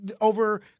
over